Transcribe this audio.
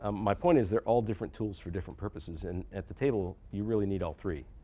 um my point is they're all different tools for different purposes. and at the table, you really need all three.